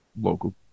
local